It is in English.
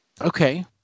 Okay